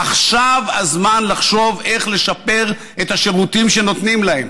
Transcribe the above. עכשיו הזמן לחשוב איך לשפר את השירותים שנותנים להם,